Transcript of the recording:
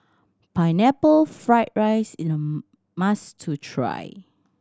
Pineapple Fried rice is a must try